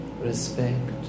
respect